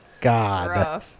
God